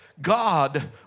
God